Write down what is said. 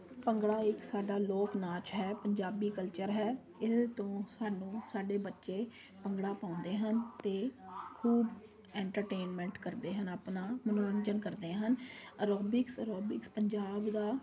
ਭੰਗੜਾ ਇੱਕ ਸਾਡਾ ਲੋਕ ਨਾਚ ਹੈ ਪੰਜਾਬੀ ਕਲਚਰ ਹੈ ਇਹਦੇ ਤੋਂ ਸਾਨੂੰ ਸਾਡੇ ਬੱਚੇ ਭੰਗੜਾ ਪਾਉਂਦੇ ਹਨ ਅਤੇ ਖੂਬ ਐਟਰਟੇਂਨਮੈਂਟ ਕਰਦੇ ਹਨ ਆਪਣਾ ਮੰਨੋਰੰਜਨ ਕਰਦੇ ਹਨ ਐਰੋਬਿਕਸ ਐਰੋਬਿਕਸ ਪੰਜਾਬ ਦਾ